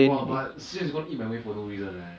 !wah! but eat my way for no reason right